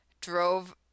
drove